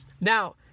Now